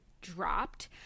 dropped